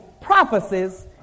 prophecies